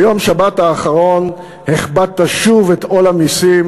ביום שבת האחרון הכבדת שוב את עול המסים,